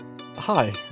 Hi